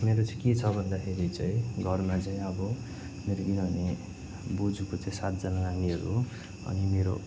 मेरो चाहिँ के छ भन्दाखेरि चाहिँ घरमा चाहिँ अब मेरो किनभने बोजूको चाहिँ सातजना नानीहरू हो अनि मेरो